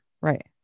Right